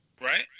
Right